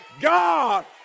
God